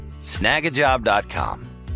snagajob.com